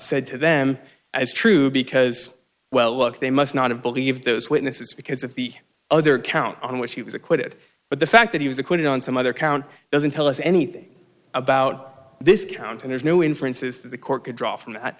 said to them as true because well look they must not have believed those witnesses because of the other count on which he was acquitted but the fact that he was acquitted on some other count doesn't tell us anything about this count and there's no inferences that the court could draw from that